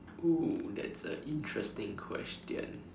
!woo! that's a interesting question